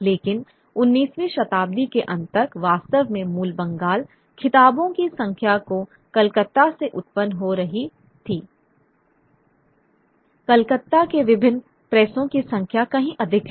लेकिन 19वीं शताब्दी के अंत तक वास्तव में मूल बंगाल खिताबों की संख्या जो कलकत्ता से उत्पन्न हो रही थी कलकत्ता के विभिन्न प्रेसों की संख्या कहीं अधिक है